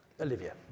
Olivia